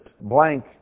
blank